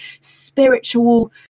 spiritual